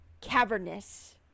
cavernous